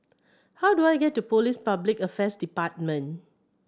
how do I get to Police Public Affairs Department